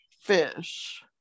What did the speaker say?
fish